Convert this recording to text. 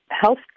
health